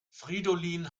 fridolin